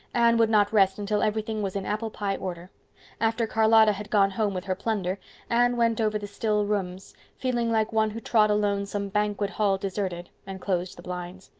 anne would not rest until everything was in apple-pie order after charlotta had gone home with her plunder anne went over the still rooms, feeling like one who trod alone some banquet hall deserted, and closed the blinds.